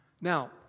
Now